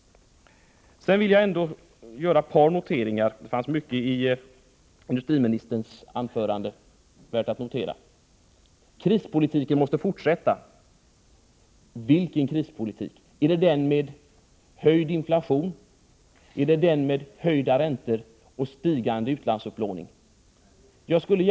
Jag vill ändå göra ett par noteringar. Det finns mycket i industriministerns anförande som är värt att notera. Industriministern sade att krispolitiken måste fortsättas. Vilken krispolitik? Är det den som innebär att inflationen höjs eller den som ger höjda räntor och ökande utlandsupplåning. Herr talman!